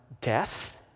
death